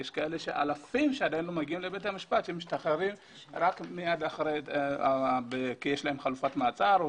יש אלפים שלא מגיעים לבית המשפט אלא משתחררים כי יש להם חלופת מעצר או